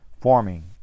forming